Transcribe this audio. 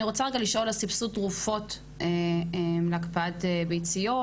אני רוצה לשאול על סבסוד תרופות להקפאת ביציות.